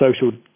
social